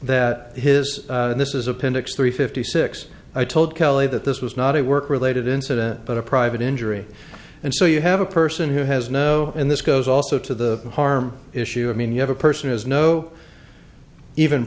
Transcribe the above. that his this is appendix three fifty six i told kelly that this was not a work related incident but a private injury and so you have a person who has no and this goes also to the harm issue i mean you have a person has no even